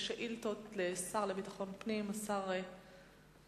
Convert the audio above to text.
אנחנו עוברים לשאילתות לשר לביטחון פנים יצחק אהרונוביץ,